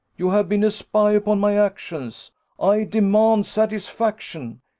you have been a spy upon my actions i demand satisfaction.